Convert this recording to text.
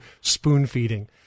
spoon-feeding